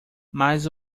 mas